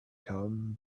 come